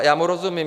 Já mu rozumím.